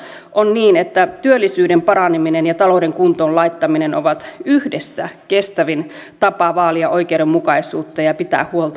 lopulta on niin että työllisyyden paraneminen ja talouden kuntoon laittaminen ovat yhdessä kestävin tapa vaalia oikeudenmukaisuutta ja pitää huolta ihmisistä